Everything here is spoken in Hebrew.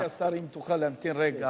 אדוני השר, אם תוכל להמתין רגע.